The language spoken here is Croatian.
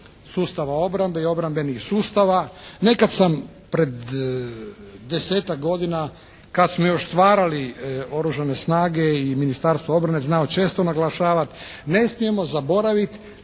sustava obrane i obrambenih sustava. Nekad sam pred 10-tak godina kad smo još stvarali oružane snage i Ministarstvo obrane znalo često naglašavati ne smijemo zaboraviti